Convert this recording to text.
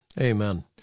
Amen